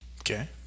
Okay